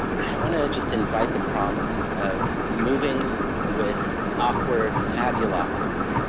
i wanna just invite the prompt of moving with awkward fabulosity.